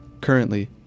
Currently